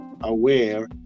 aware